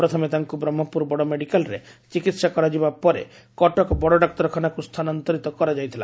ପ୍ରଥମେ ତାଙ୍ଙୁ ବ୍ରହ୍କପୁର ବଡ଼ ମେଡିକାଲ୍ରେ ଚିକିହା କରାଯିବା ପରେ କଟକ ବଡ ଡାକ୍ତରଖାନାକୁ ସ୍ଥାନାନ୍ତରିତ କରାଯାଇଥିଲା